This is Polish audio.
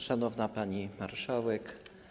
Szanowna Pani Marszałek!